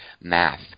math